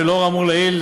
ולאור האמור לעיל,